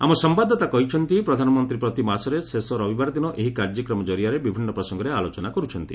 ଆମ ସମ୍ଭାଦଦାତା କହିଛନ୍ତି ପ୍ରଧାନମନ୍ତ୍ରୀ ପ୍ରତି ମାସର ଶେଷ ରବିବାର ଦିନ ଏହି କାର୍ଯ୍ୟକ୍ରମ କରିଆରେ ବିଭିନ୍ନ ପ୍ରସଙ୍ଗରେ ଆଲୋଚନା କର୍ତ୍ଥନ୍ତି